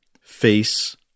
face